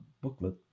booklet